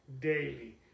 daily